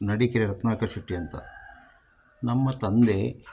ನಡಿಕೆರೆ ರತ್ನಾಕರ್ ಶೆಟ್ಟಿ ಅಂತ ನಮ್ಮ ತಂದೆ